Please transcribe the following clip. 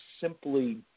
simply